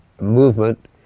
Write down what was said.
movement